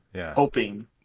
hoping